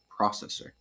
processor